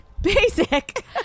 Basic